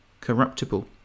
corruptible